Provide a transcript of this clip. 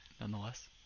nonetheless